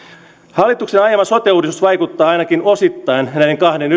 hallituksen ajama sote uudistus vaikuttaa ainakin osittain näiden kahden